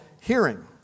hearing